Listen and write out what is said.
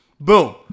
Boom